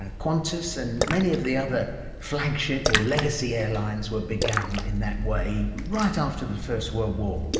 and qantas and many of the other flagship or legacy airlines were begun, in that way, right after the first world war.